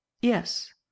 Yes